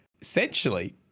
essentially